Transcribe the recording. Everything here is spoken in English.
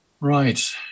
Right